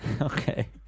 okay